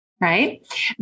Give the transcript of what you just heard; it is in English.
Right